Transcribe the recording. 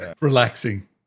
relaxing